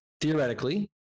theoretically